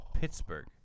Pittsburgh